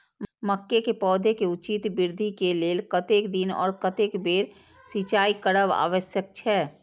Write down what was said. मके के पौधा के उचित वृद्धि के लेल कतेक दिन आर कतेक बेर सिंचाई करब आवश्यक छे?